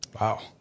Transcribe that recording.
Wow